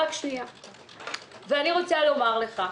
אני רוצה לומר לך,